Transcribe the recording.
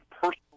personal